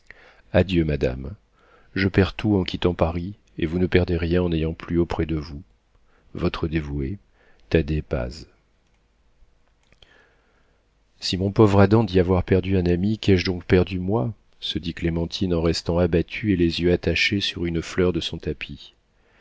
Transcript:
adieu madame je perds tout en quittant paris et vous ne perdez rien en n'ayant plus auprès de vous votre dévoué thaddée paç si mon pauvre adam dit avoir perdu un ami qu'ai-je donc perdu moi se dit clémentine en restant abattue et les yeux attachés sur une fleur de son tapis